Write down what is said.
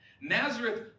Nazareth